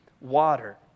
water